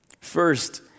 First